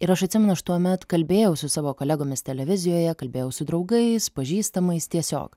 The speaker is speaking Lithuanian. ir aš atsimenu aš tuomet kalbėjau su savo kolegomis televizijoje kalbėjau su draugais pažįstamais tiesiog